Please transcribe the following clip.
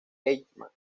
eichmann